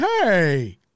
hey